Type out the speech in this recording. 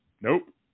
nope